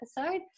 episode